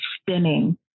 spinning